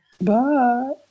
Bye